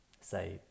say